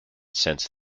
since